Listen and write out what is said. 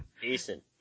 Decent